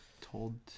Told